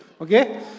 Okay